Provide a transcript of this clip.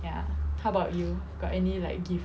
ya how about you got any like gift